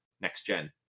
next-gen